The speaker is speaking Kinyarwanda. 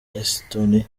estonia